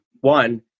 one